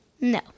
No